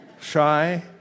Shy